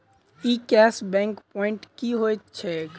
ई cash back point की होइत छैक?